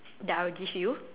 that I will give you